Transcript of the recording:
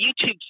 youtube